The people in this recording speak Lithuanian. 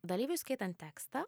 dalyviui skaitant tekstą